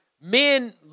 men